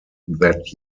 that